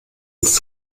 ins